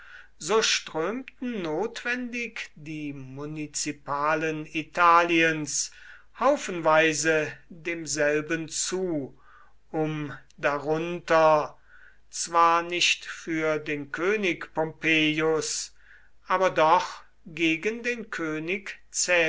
so strömten notwendig die munizipalen italiens haufenweise demselben zu um darunter zwar nicht für den könig pompeius aber doch gegen den könig